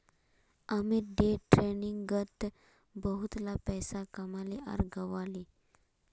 Amit day ट्रेडिंगत बहुतला पैसा कमाले आर गंवाले